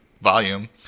volume